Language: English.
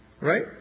Right